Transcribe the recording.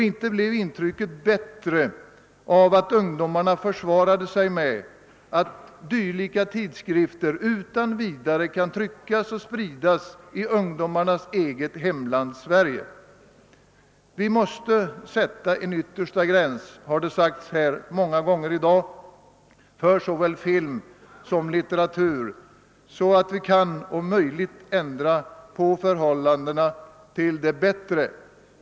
Inte blev intrycket bättre av att ungdomarna försvarade sig med att dylika tidskrifter utan vidare kan tryckas och spridas i ungdomarnas eget hemland Sverige. Vi måste sätta en yttersta gräns, har det sagts många gånger i dag, för såväl film som litteratur, så att vi kan om möjligt ändra på förhållandena till det bättre.